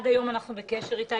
עד היום אנחנו בקשר אתה.